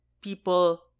people